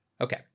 Okay